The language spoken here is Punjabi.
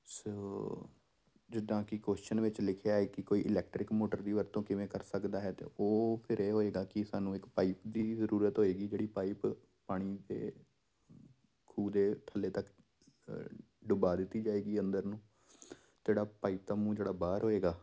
ਸੋ ਜਿੱਦਾਂ ਕਿ ਕੁਸ਼ਚਨ ਵਿੱਚ ਲਿਖਿਆ ਹੈ ਕਿ ਕੋਈ ਇਲੈਕਟਰਿਕ ਮੋਟਰ ਦੀ ਵਰਤੋਂ ਕਿਵੇਂ ਕਰ ਸਕਦਾ ਹੈ ਤਾਂ ਉਹ ਫਿਰ ਇਹ ਹੋਵੇਗਾ ਕਿ ਸਾਨੂੰ ਇੱਕ ਪਾਈਪ ਦੀ ਜ਼ਰੂਰਤ ਹੋਵੇਗੀ ਜਿਹੜੀ ਪਾਈਪ ਪਾਣੀ ਅਤੇ ਖੂਹ ਦੇ ਥੱਲੇ ਤੱਕ ਡੁਬਾ ਦਿੱਤੀ ਜਾਵੇਗੀ ਅੰਦਰ ਨੂੰ ਜਿਹੜਾ ਪਾਈਪ ਦਾ ਮੂੰਹ ਜਿਹੜਾ ਬਾਹਰ ਹੋਵੇਗਾ